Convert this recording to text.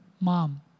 mom